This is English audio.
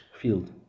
field